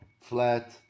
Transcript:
flat